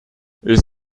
ils